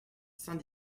saint